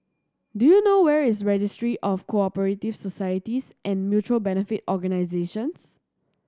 do you know where is Registry of Co Operative Societies and Mutual Benefit Organisations